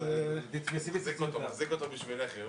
אני אבדוק כל מה שצריך.